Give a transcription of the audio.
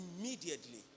Immediately